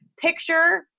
picture